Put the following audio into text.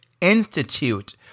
Institute